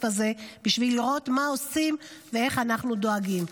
הזה בשביל לראות מה עושים ואיך אנחנו דואגים,